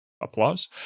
Applause